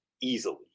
easily